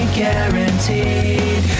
guaranteed